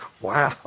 Wow